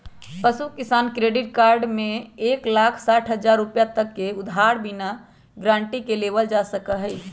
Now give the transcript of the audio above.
पशु किसान credit card में एक लाख साठ हजार रुपए तक के उधार बिना गारंटी के लेबल जा सका हई